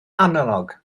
analog